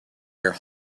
your